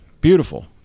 Beautiful